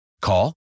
Call